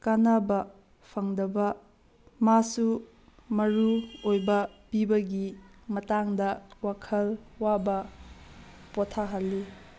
ꯀꯥꯟꯅꯕ ꯐꯪꯗꯕ ꯃꯥꯁꯨ ꯃꯔꯨ ꯑꯣꯏꯕ ꯄꯤꯕꯒꯤ ꯃꯇꯥꯡꯗ ꯋꯥꯈꯜ ꯋꯥꯕ ꯄꯣꯠꯊꯥꯍꯜꯂꯤ